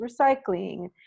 recycling